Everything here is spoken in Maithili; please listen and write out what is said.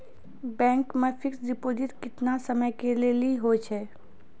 बैंक मे फिक्स्ड डिपॉजिट केतना समय के लेली होय छै?